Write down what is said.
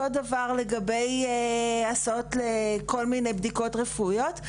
אותו דבר לגבי הסעות לכל מיני בדיקות רפואיות.